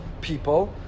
people